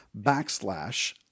backslash